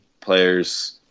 players